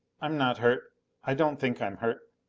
i'm not hurt i don't think i'm hurt.